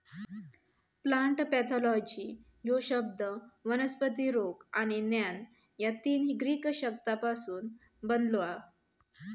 plant pathology ह्यो शब्द वनस्पती रोग आणि ज्ञान या तीन ग्रीक शब्दांपासून बनलो हा